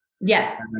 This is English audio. Yes